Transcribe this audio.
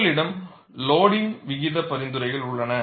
உங்களிடம் லோடிங்கின் விகித பரிந்துரைகள் உள்ளன